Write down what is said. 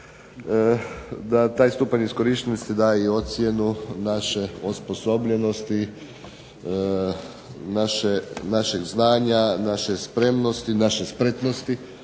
da taj stupanj iskorištenosti daje i ocjenu naše osposobljenosti, našeg znanja, naše spremnosti, naše spretnosti